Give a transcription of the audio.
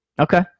Okay